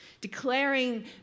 declaring